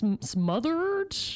smothered